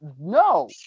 no